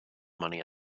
money